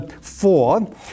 four